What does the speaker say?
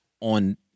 On